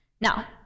Now